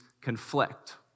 conflict